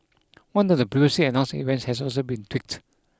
one of the previously announced events has also been tweaked